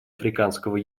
африканского